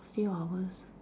a few hours